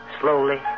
slowly